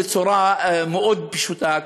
בצורה מאוד פשוטה,